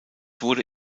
wurde